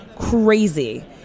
crazy